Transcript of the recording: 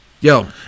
Yo